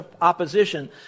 opposition